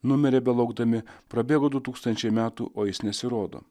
numirė belaukdami prabėgo du tūkstančiai metų o jis nesirodo